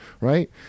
right